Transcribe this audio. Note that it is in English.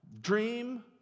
dream